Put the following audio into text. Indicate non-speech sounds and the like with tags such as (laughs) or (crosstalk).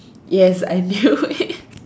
yes I knew it (laughs)